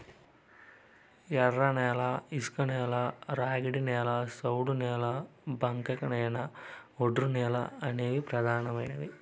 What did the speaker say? ఎర్రనేల, ఇసుకనేల, ర్యాగిడి నేల, సౌడు నేల, బంకకనేల, ఒండ్రునేల అనేవి పెదానమైనవి